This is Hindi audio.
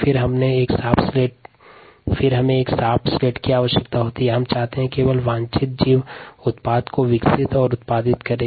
इसमें हमें एक साफ स्लेट की आवश्यकता होती है क्योंकि हम चाहते हैं कि केवल वांछित जीव ही उत्पाद को विकसित और उत्पादित करें